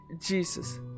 Jesus